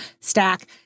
stack